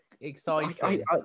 exciting